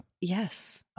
Yes